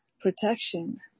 protection